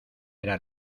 era